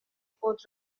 خود